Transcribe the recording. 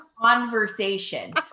conversation